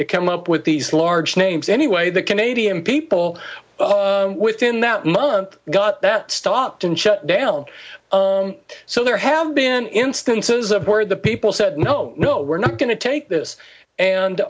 to come up with these large names anyway the canadian people within that month got that stopped and shut down so there have been instances of where the people said no no we're not going to take this and